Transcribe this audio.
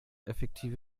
effektive